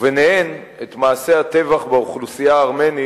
וביניהן את מעשי הטבח באוכלוסייה הארמנית,